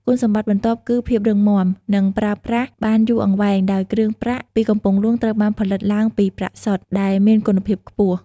គុណសម្បត្តិបន្ទាប់គឺ មានភាពរឹងមាំ និងប្រើប្រាស់បានយូរអង្វែងដោយគ្រឿងប្រាក់ពីកំពង់ហ្លួងត្រូវបានផលិតឡើងពី ប្រាក់សុទ្ធ ដែលមានគុណភាពខ្ពស់។